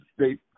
state